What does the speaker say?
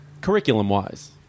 curriculum-wise